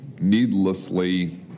needlessly